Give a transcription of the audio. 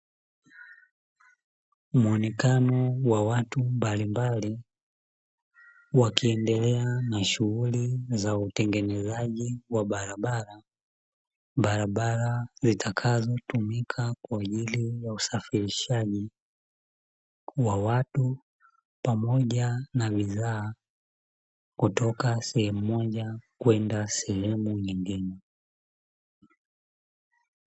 Muonekano wa watu mbalimbali wakiendelea na shughuli za utengenezaji wa barabara, barabara zitakazotumika kwa ajili ya usafirishaji wa watu pamoja na bidhaa kutoka sehemu moja kwenda sehemu nyingine.